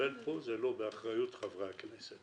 שהתקבל פה זה לא באחריות חברי הכנסת.